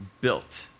built